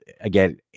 again